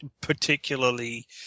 particularly